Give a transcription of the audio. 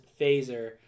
Phaser